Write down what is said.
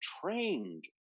trained